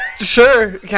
Sure